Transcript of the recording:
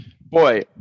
Boy